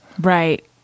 Right